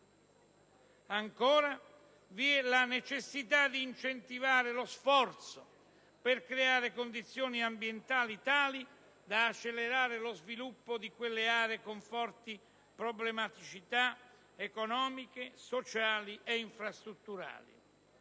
Inoltre, vi è la necessità di incentivare lo sforzo per creare condizioni ambientali tali da accelerare lo sviluppo di quelle aree con forti problematicità economiche, sociali e infrastrutturali.